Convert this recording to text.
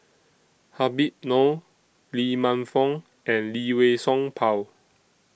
Habib Noh Lee Man Fong and Lee Wei Song Paul